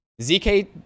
ZK